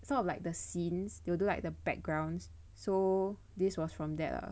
sort of like the scenes they will do like the backgrounds so this was from that lah